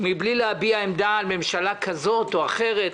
מבלי להביע עמדה על ממשלה כזאת או אחרת,